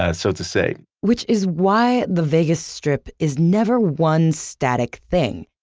ah so to say which is why the vegas strip is never one static thing.